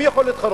מי יכול להתחרות?